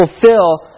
fulfill